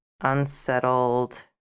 unsettled